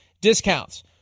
discounts